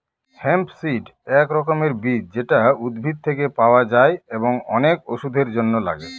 hemp seed এক রকমের বীজ যেটা উদ্ভিদ থেকে পাওয়া যায় এবং অনেক ওষুধের জন্য লাগে